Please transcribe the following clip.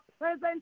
present